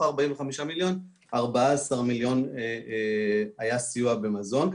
ה-45 מיליון 14 מיליון היה סיוע במזון,